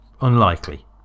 Unlikely